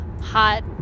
hot